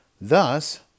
Thus